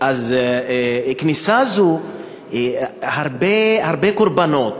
בכניסה הזאת יש הרבה קורבנות.